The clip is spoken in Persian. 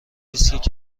دیسک